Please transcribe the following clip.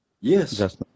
Yes